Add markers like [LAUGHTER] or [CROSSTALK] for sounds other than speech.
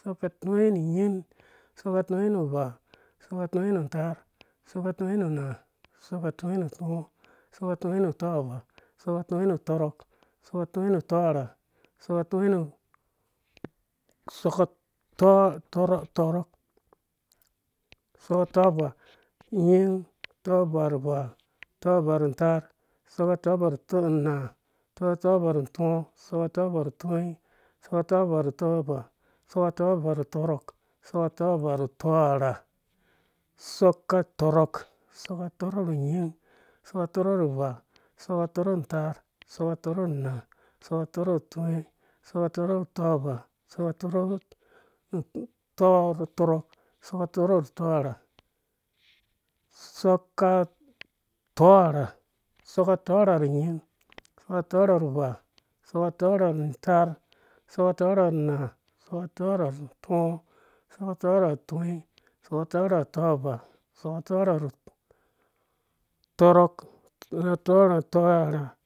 soka utɔnyi unyin, soka utɔnyi uvaa, soka utɔnyi untaar, soka utɔnyi unaa, soka utɔnyi utɔɔ utɔnyi, soka utɔnyi utɔvaa, soka utɔnyi tɔrok, soka utɔnyi tɔrha, [UNINTELLIGIBLE] sako tɔvaa, sako tɔvaa unyin, sako tɔvaa uvaa, sako tɔvaa untaar, sako tɔvaa unaa, sako tɔvaa utɔɔ sako tɔvaa tɔnyi, sako tɔvaa utɔvaa, sako tɔvaa tɔrok, sako tɔvaa tɔrha, sako tɔrɔk, sako tɔrɔk unyin, sako tɔrɔk uvaa, sako tɔrɔk untaar unaa, sako tɔrɔk utɔɔ, sako tɔrɔk tɔnyi, sako tɔrɔk utɔvaa, sako tɔrɔk tɔrɔk, sako tɔrɔk tɔrha, sako tɔrha unyin, sako tɔrha uvaa, sako tɔrha untaar, sako tɔrha unaa, sako tɔrha utɔɔ, sako tɔrha tɔnyi, sako tɔrha utɔvaa, sako tɔrha tɔrɔk, sako tɔrha tɔrha